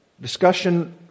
discussion